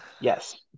Yes